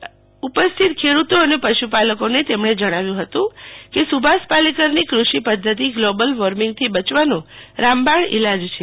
અત્રે ઉપસ્થિત ખેડૂતો અને પશુપાલકોને ને તેમણે જણાવ્યુ હતું કે સુભાષ પાલેકરની ક્રષિ પદ્વતિ ગ્લોબલ વોર્મિંગથી બચવાનો રામબાણ ઈલાજ છે